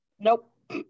nope